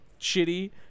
shitty